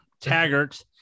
Taggart